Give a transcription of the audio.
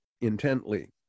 intently